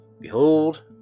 Behold